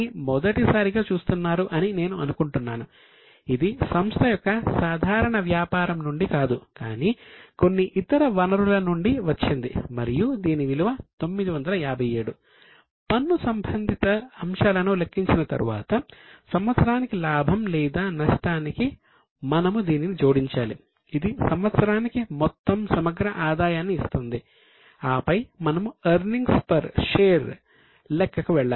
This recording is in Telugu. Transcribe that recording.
మనము సంవత్సరానికి ఇతర సమగ్ర ఆదాయాన్ని లెక్కించాలి లెక్క కు వెళ్లాలి